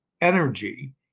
energy